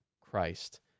Christ